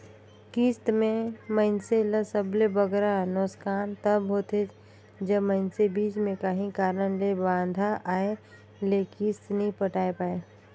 किस्त में मइनसे ल सबले बगरा नोसकान तब होथे जब मइनसे बीच में काहीं कारन ले बांधा आए ले किस्त नी पटाए पाए